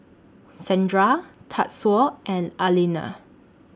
Sandra Tatsuo and Alena